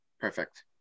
Perfect